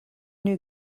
new